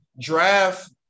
draft